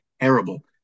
terrible